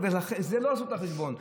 ולא עשו את החשבון,